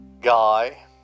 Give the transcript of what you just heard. guy